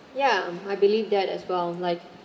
ya I believe that as well like